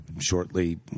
Shortly